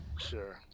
Sure